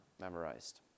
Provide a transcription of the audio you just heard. memorized